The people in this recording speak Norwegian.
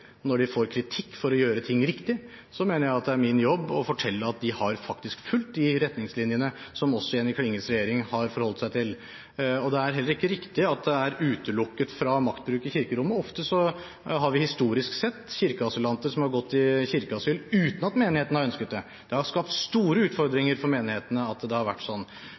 mener jeg at det er min jobb å fortelle at de faktisk har fulgt de retningslinjene som også Jenny Klinges regjering har forholdt seg til. Det er heller ikke riktig at det er utelukket fra maktbruk i kirkerommet. Historisk sett har vi ofte hatt kirkeasylanter som har gått i kirkeasyl uten at menighetene har ønsket det. Det har skapt store utfordringer for menighetene at det har vært sånn.